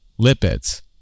lipids